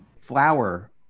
flower